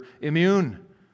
immune